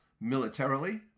militarily